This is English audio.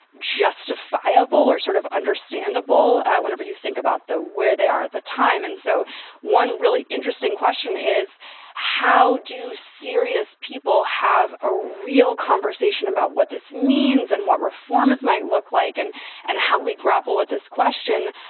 justifiable or sort of understandable. whenever you think about the where they are at the time. and so one really interesting question is how do serious people have a real conversation about what this means and what reforms might look like and and how we grapple with this question.